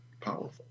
powerful